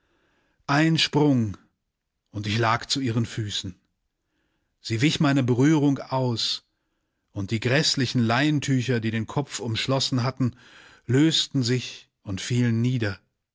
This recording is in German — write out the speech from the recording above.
ein sprung und ich lag zu ihren füßen sie wich meiner berührung aus und die gräßlichen leintücher die den kopf umschlossen hatten lösten sich und fielen nieder